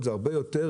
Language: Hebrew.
הדשא לא טוב,